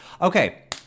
Okay